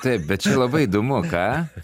taip bet čia labai įdomu ką